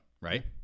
right